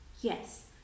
yes